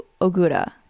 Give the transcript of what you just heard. Ogura